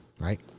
right